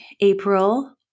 April